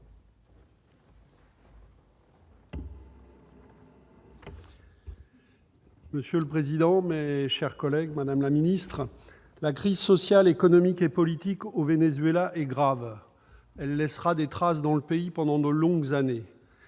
la secrétaire d'État, mes chers collègues, la crise sociale, économique et politique au Venezuela est grave. Elle laissera des traces dans le pays pendant de longues années.